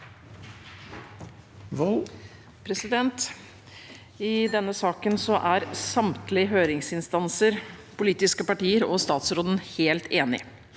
I denne saken er samt- lige høringsinstanser, politiske partier og statsråden helt enige.